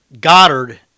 Goddard